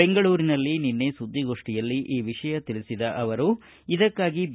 ಬೆಂಗಳೂರಿನಲ್ಲಿ ನಿನ್ನೆ ಸುದ್ದಿಗೋಷ್ಠಿಯಲ್ಲಿ ಈ ವಿಷಯ ತಿಳಿಸಿದ ಅವರು ಇದಕ್ಕಾಗಿ ಬಿ